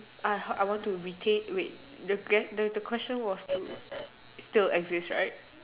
I I want to retain wait the question was to still exist right